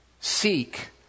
Seek